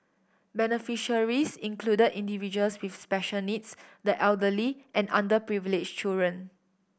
beneficiaries included individuals with special needs the elderly and underprivileged children